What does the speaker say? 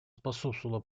способствовала